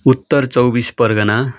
Uttar Chaubis Pargana